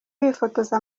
bifotoza